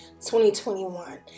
2021